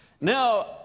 Now